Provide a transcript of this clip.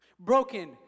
Broken